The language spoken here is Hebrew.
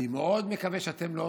אני מאוד מקווה שאתם לא